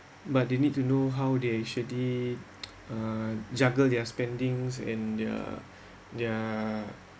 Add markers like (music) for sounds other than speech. but you need to know how they actually (noise) uh juggle their spendings and their their